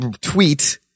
tweet